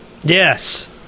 Yes